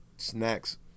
Snacks